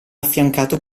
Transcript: affiancato